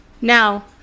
Now